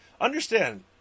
Understand